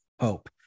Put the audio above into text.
hope